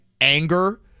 anger